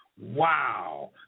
Wow